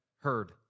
heard